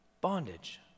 bondage